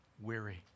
weary